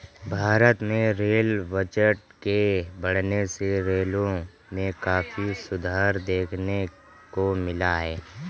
भारत में rail budget के बढ़ने से रेलों में काफी सुधार देखने को मिला है